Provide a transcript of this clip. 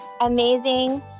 amazing